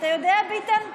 אתה יודע, ביטן?